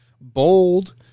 bold